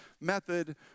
method